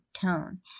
tone